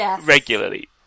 regularly